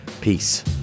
Peace